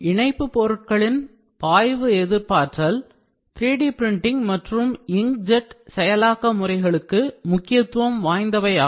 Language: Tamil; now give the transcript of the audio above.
இணைப்பு பொருட்களின் binders பாய்வு எதிர்ப்பாற்றல் 3D printing மற்றும் inkjet செயலாக்க முறைகளுக்கு முக்கியத்துவம் வாய்ந்தவையாகும்